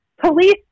police